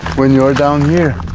when you're down here,